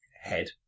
head